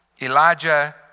Elijah